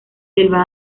selva